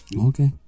Okay